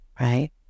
Right